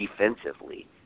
defensively